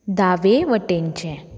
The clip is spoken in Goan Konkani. दावे वटेनचें